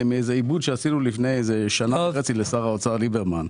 מאיזה עיבוד שעשינו לפני איזה שנה וחצי לשר האוצר ליברמן.